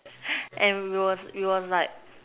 and we were we were like